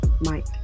Mike